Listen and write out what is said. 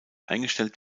eingestellt